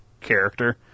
character